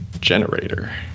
generator